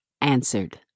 answered